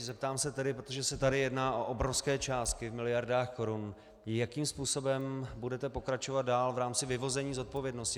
Zeptám se tedy, protože se tady jedná o obrovské částky v miliardách korun, jakým způsobem budete pokračovat dál v rámci vyvození zodpovědnosti.